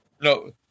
No